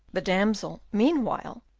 the damsel, meanwhile,